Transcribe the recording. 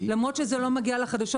למרות שזה לא מגיע לחדשות,